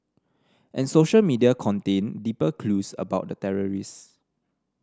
and social media contained deeper clues about the terrorists